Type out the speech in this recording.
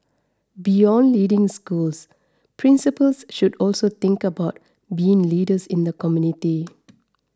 beyond leading schools principals should also think about being leaders in the community